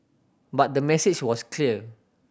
but the message was clear